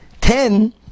ten